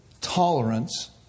tolerance